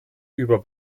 über